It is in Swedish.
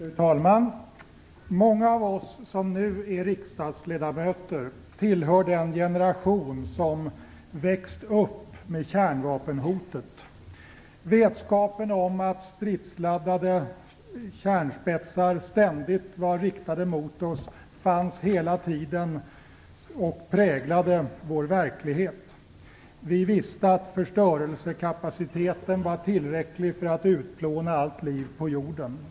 Fru talman! Många av oss som nu är riksdagsledamöter tillhör den generation som växt upp med kärnvapenhotet. Vetskapen om att kärnladdade stridsspetsar ständigt var riktade mot oss fanns hela tiden och präglade vår verklighet. Vi visste att förstörelsekapaciteten var tillräcklig för att utplåna allt liv på jorden.